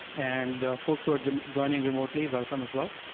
and folks who are joining remotely welcome, as well.